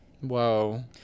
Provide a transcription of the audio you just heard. Whoa